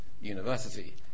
University